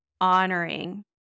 honoring